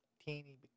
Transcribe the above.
teeny